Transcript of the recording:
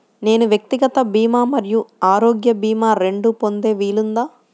నేను వ్యక్తిగత భీమా మరియు ఆరోగ్య భీమా రెండు పొందే వీలుందా?